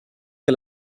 che